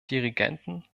dirigenten